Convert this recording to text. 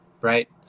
right